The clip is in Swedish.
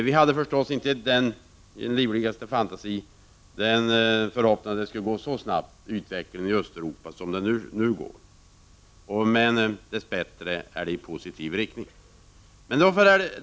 Vi hade förstås inte ens i vår livligaste fantasi någon förhoppning om att utvecklingen i Östeuropa skulle gå så snabbt som det nu går — dess bättre går utvecklingen i positiv riktning.